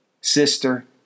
sister